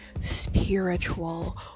spiritual